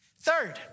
Third